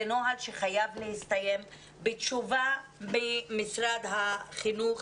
זה נוהל שחייב להסתיים בתשובה ממשרד החינוך.